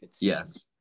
yes